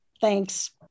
Thanks